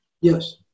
yes